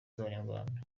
z’abanyarwanda